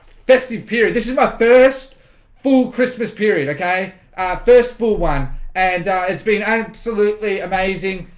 festive period this is my first full christmas period okay first full one and it's been absolutely amazing.